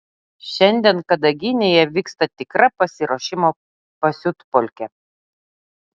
šiandien kadaginėje vyksta tikra pasiruošimo pasiutpolkė